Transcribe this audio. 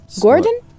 Gordon